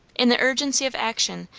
in the urgency of action,